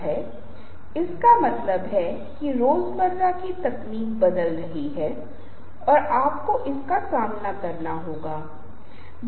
जो भी संभव हो अपने दर्शकों पर मुस्कुराएं क्योंकि यह संपर्क पारस्परिकता स्थापित करने का एक शानदार तरीका है